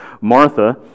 Martha